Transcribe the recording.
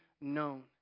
known